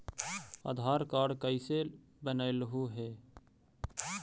आधार card कईसे बनैलहु हे?